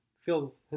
feels